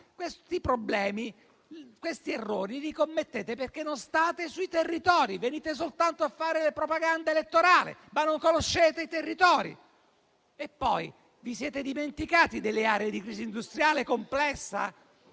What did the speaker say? dei territori. Questi errori li commettete perché non state sui territori. Venite soltanto a fare propaganda elettorale, ma non conoscete i territori. E poi vi siete dimenticati delle aree di crisi industriale complessa?